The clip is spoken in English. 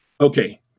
okay